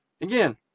Again